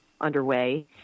underway